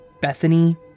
Bethany